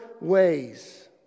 ways